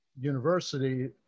university